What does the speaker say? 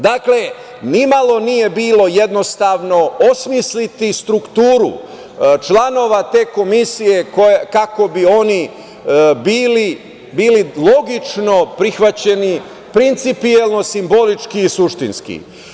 Dakle, nimalo nije bilo jednostavno osmisliti strukturu članova te komisije kako bi oni bili logično prihvaćeni, principijelno simbolički i suštinski.